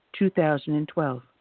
2012